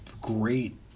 great